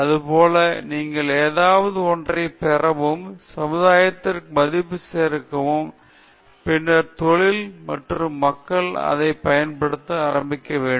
அதேபோல் நீங்கள் ஏதாவது ஒன்றை பெறவும் சமுதாயத்திற்கு மதிப்பு சேர்க்கவும் பின்னர் தொழில் மற்றும் பிற மக்கள் அதைப் பயன்படுத்த ஆரம்பிக்க வேண்டும்